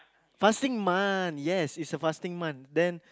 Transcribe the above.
fasting month yes it's a fasting month then